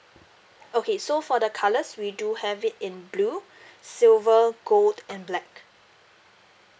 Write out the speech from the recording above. okay so for the colours we do have it in blue silver gold and black